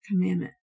commandment